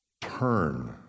turn